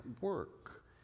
work